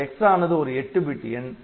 இந்த x ஆனது ஒரு 8 பிட்எண்